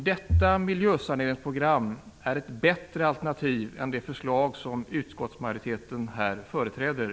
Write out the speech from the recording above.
Detta miljösaneringsprogram är ett bättre alternativ än det förslag som utskottsmajoriteten här företräder.